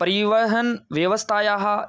परिवहनव्यवस्थायाः